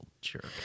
jerk